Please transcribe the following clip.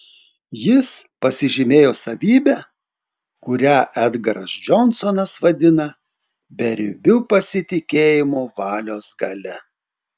jis pasižymėjo savybe kurią edgaras džonsonas vadina beribiu pasitikėjimu valios galia